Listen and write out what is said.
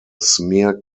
smear